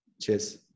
Cheers